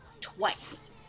twice